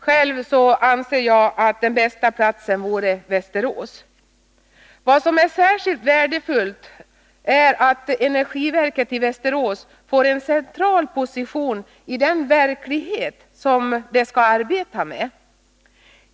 Själv anser jag att den bästa platsen vore Västerås. Vad som är särskilt värdefullt är att energiverket i Västerås får en central position i den verklighet som det skall arbeta med.